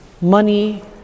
money